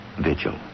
vigil